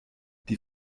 die